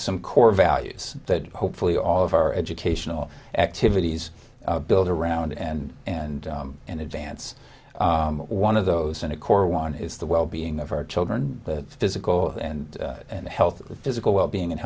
some core values that hopefully all of our educational activities build around and and in advance one of those and a core one is the wellbeing of our children the physical and health physical wellbeing and